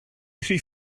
rhif